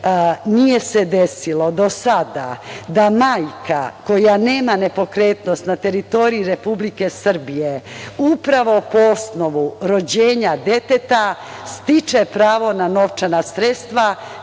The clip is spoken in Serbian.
nije se desilo do sada da majka koja nema nepokretnost na teritoriji Republike Srbije upravo po osnovu rođenja deteta stiče pravo na novčana sredstva